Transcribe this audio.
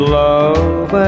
love